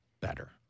better